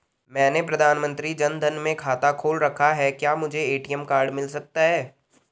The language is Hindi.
मैंने प्रधानमंत्री जन धन में खाता खोल रखा है क्या मुझे ए.टी.एम कार्ड मिल सकता है?